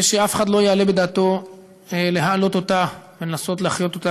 ושאף אחד לא יעלה בדעתו להעלות אותה ולנסות להחיות אותה,